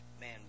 man